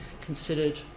considered